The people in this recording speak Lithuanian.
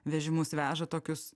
vežimus veža tokius